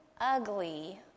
ugly